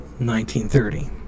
1930